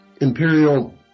imperial